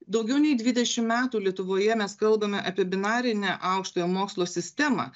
daugiau nei dvidešimt metų lietuvoje mes kalbame apie binarinę aukštojo mokslo sistemą